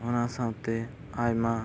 ᱚᱱᱟ ᱥᱟᱶᱛᱮ ᱟᱭᱢᱟ